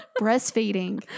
Breastfeeding